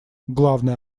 главная